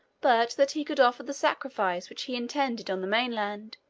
but that he could offer the sacrifice which he intended on the main-land,